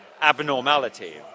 abnormality